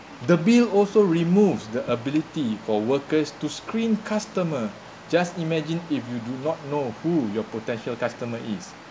the bill also removes the ability for workers to screen customer just imagine if you do not know who your potential customer is